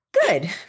Good